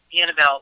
Annabelle